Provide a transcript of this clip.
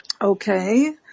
Okay